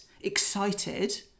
excited